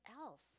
else